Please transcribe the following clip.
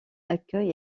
accueille